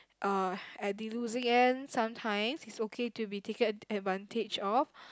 uh at the losing end sometimes it's okay to be taken advantage of